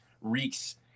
reeks